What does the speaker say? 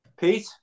Pete